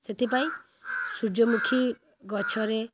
ସେଥିପାଇଁ ସୂର୍ଯ୍ୟମୁଖୀ ଗଛରେ